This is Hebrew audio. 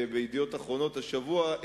ב"ידיעות אחרונות" השבוע,